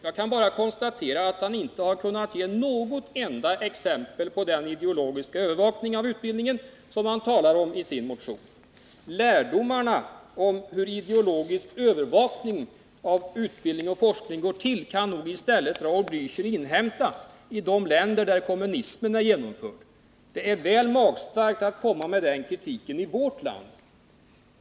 Jag kan bara konstatera att han inte har kunnat ge något enda exempel på den ideologiska övervakning av utbildningen som han talar om i sin motion. Lärdomarna av hur ideologisk övervakning av utbildning och forskning går till kan Raul Blächer i stället inhämta i de länder där kommunismen är genomförd. Det är väl magstarkt att komma med den kritiken i vårt land.